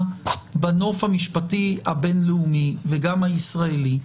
בנוף המשפטי הבין-לאומי וגם הישראלי,